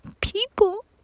people